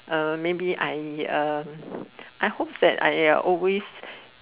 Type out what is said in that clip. uh maybe I um I hope that I uh always